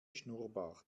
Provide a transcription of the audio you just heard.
schnurrbart